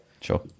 Sure